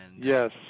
yes